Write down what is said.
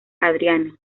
adriano